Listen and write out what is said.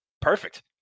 perfect